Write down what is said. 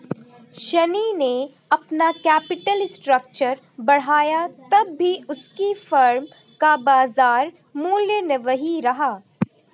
शनी ने अपना capital structure बढ़ाया तब भी उसकी फर्म का बाजार मूल्य वही रहा